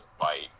fight